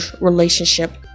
relationship